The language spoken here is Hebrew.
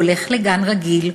הוא הולך לגן רגיל,